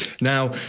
Now